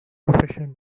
profession